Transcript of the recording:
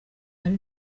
ari